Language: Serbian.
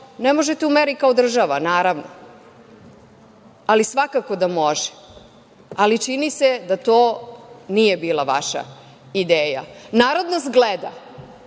Ne možete u meri kao država naravno, ali svakako da može, ali čini se da to nije bila vaša ideja. Narod nas gleda,